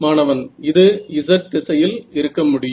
மாணவன் இது z திசையில் இருக்க முடியும்